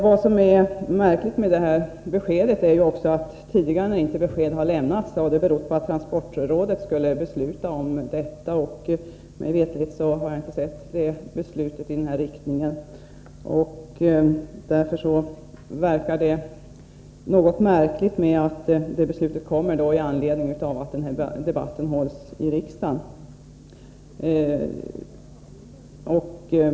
Vad som är märkligt med det nämnda beskedet är följande: När besked tidigare inte har lämnats har det berott på att transportrådet skulle fatta beslut i saken. Jag har mig veterligen inte sett något beslut från transportrådet i denna riktning. Därför förefaller det något underligt att ett beslut fattas samtidigt som denna debatt pågår i riksdagen.